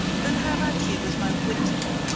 then have at you with my wit!